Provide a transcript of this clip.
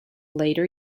later